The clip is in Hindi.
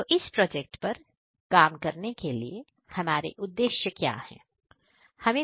तो इस प्रोजेक्ट पर काम करने के लिए हमारे उद्देश्य क्या होंगे